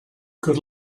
good